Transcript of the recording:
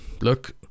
look